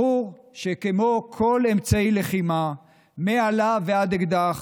ברור שכמו כל אמצעי לחימה, מאלה ועד אקדח,